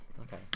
Okay